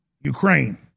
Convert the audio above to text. Ukraine